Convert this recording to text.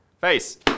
Face